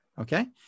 Okay